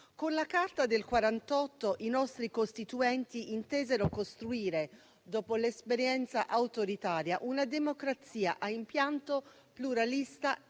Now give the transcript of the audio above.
Con la Carta del 1948, i nostri Costituenti intesero costruire, dopo l'esperienza autoritaria, una democrazia a impianto pluralista